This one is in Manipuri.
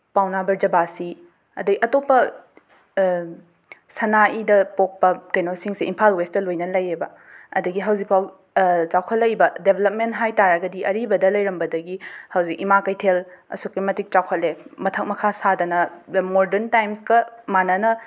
ꯄꯥꯎꯅ ꯕ꯭ꯔꯖꯕꯥꯁꯤ ꯑꯗꯒꯤ ꯑꯇꯣꯞꯄ ꯁꯅꯥ ꯏꯗ ꯄꯣꯛꯄ ꯀꯩꯅꯣꯁꯤꯡꯁꯦ ꯏꯝꯐꯥꯜ ꯋꯦꯁꯇ ꯂꯣꯏꯅ ꯂꯩꯌꯦꯕ ꯑꯗꯩꯒꯤ ꯍꯧꯖꯤꯛꯐꯥꯎ ꯆꯥꯎꯈꯠꯂꯛꯏꯕ ꯗꯦꯕꯂꯞꯃꯦꯟ ꯍꯥꯏꯇꯔꯒꯗꯤ ꯑꯔꯤꯕꯗ ꯂꯩꯔꯝꯕꯗꯒꯤ ꯍꯧꯖꯤꯛ ꯏꯃꯥ ꯀꯩꯊꯦꯜ ꯑꯁꯨꯛꯀꯤ ꯃꯇꯤꯛ ꯆꯥꯎꯈꯠꯂꯦ ꯃꯊꯛ ꯃꯈꯥ ꯁꯥꯗꯅ ꯗ ꯃꯣꯔꯗꯟ ꯇꯥꯏꯝꯁꯀ ꯃꯥꯟꯅꯅ